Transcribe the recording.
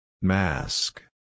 Mask